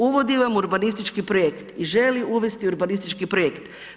Uvodi vam urbanistički projekt i želi uvesti urbanistički projekt.